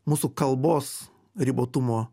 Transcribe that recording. mūsų kalbos ribotumo